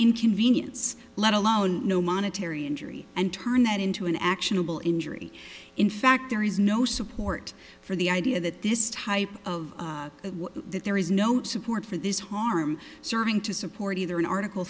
inconvenience let alone no monetary injury and turn that into an actionable injury in fact there is no support for the idea that this type of that there is no support for this harm serving to support either in article